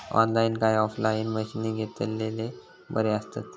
Online काय offline मशीनी घेतलेले बरे आसतात?